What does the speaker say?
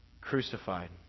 crucified